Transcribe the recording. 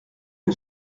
que